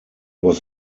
was